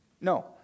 No